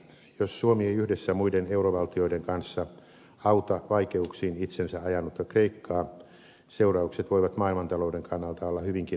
jos suomi ei yhdessä muiden eurovaltioiden kanssa auta vaikeuksiin itsensä ajanutta kreikkaa seuraukset voivat maailmantalouden kannalta olla hyvinkin haitalliset